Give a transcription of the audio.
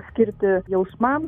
skirti jausmam